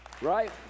Right